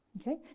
Okay